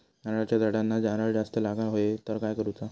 नारळाच्या झाडांना नारळ जास्त लागा व्हाये तर काय करूचा?